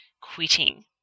quitting